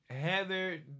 Heather